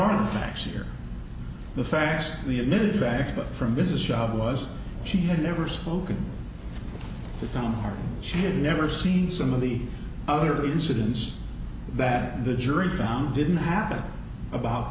are the facts here the facts the admitted facts but from a business job was she had never spoken to the town she had never seen some of the other incidents that the jury found didn't happen about